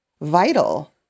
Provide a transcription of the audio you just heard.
vital